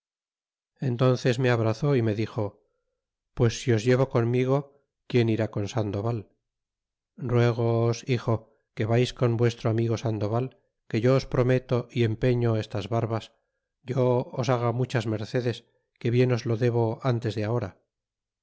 entnces me abrazó y me dixé pues si os llevo conmigo quién irá con sandovl ruegoos hijo que vais con vuestro amigo sandoval que yo os prometo y empeñé estas barbas yo os haga muchas mercedes que bien os lo debo antes de ahora